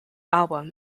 album